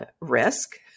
risk